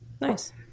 Nice